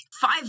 five